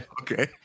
okay